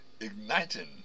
igniting